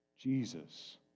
Jesus